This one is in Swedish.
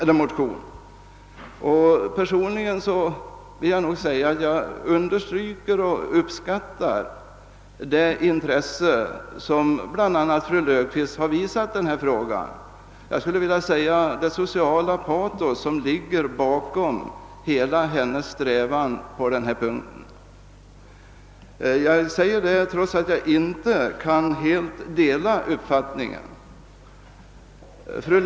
Personligen uppskattar jag bl.a. fru Löfqvist för det intresse som hon visat i denna fråga, jag skulle vilja säga det sociala patos som utgör bakgrunden till hela hennes strävan på denna punkt. Jag säger detta trots att jag inte helt kan dela hennes uppfattning.